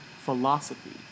philosophy